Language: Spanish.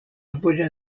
apoya